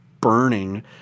burning